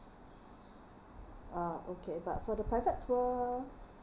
ah okay but for the private tour